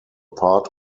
part